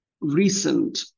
recent